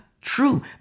true